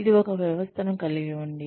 ఇది ఒక వ్యవస్థను కలిగి ఉంది